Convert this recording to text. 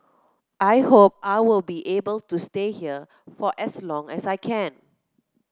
I hope I will be able to stay here for as long as I can